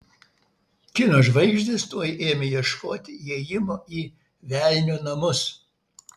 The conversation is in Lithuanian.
kino žvaigždės tuoj ėmė ieškoti įėjimo į velnio namus